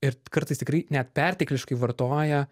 ir kartais tikrai net pertekliškai vartoja